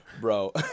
bro